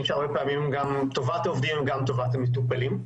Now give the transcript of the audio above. שהרבה פעמים טובת העובדים היא גם טובת המטופלים.